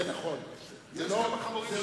יש כמה חמורים ששינו את דעתם.